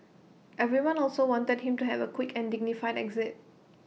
everyone also wanted him to have A quick and dignified exit